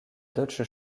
deutsche